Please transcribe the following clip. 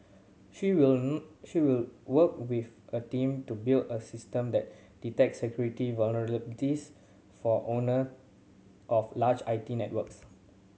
she will she will work with a team to build a system that detects security vulnerabilities for owner of large I T networks